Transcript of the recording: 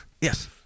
Yes